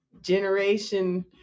Generation